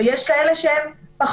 ויש כאלה שפחות.